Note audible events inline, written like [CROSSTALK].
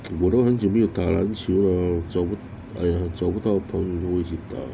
[NOISE] 我都很久没有打篮球了找不哎呀找不到朋友跟我一起打啦